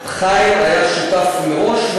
חיים היה שותף מראש,